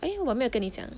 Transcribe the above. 诶我没有跟你讲